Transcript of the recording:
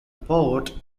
port